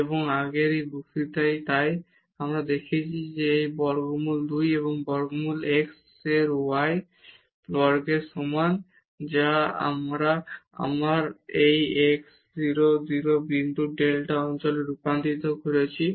এবং আগের একটি বক্তৃতায় তাই আমরা দেখেছি যে এটি এখানে বর্গমূল 2 এবং বর্গমূল x বর্গ প্লাস y বর্গের সমান যা আমরা আবার এই 0 0 বিন্দুর ডেল্টা অঞ্চলে রূপান্তরিত করেছি